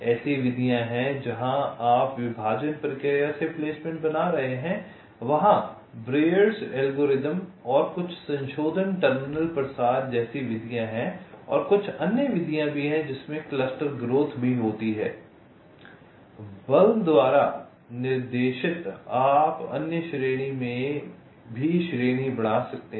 ऐसी विधियाँ हैं जहाँ आप विभाजन प्रक्रिया से प्लेसमेंट बना रहे हैं वहाँ ब्रेयर्स एल्गोरिथ्म Breuer's algorithm और कुछ संशोधन टर्मिनल प्रसार जैसी विधियाँ हैं और कुछ अन्य विधियाँ भी हैं जिनमें क्लस्टर ग्रोथ भी होती है बल द्वारा निर्देशित आप अन्य श्रेणी में भी श्रेणी बना सकते हैं